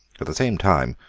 at the same time,